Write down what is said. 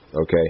okay